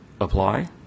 apply